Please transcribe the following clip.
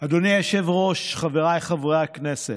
אדוני היושב-ראש, חבריי חברי הכנסת,